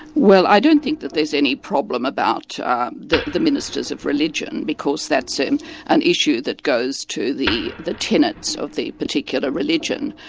well i don't think that there's any problem about um the the ministers of religion, because that's and an issue that goes to the the tenets of the particular religion.